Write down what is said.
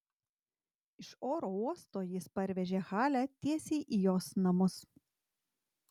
iš oro uosto jis parvežė halę tiesiai į jos namus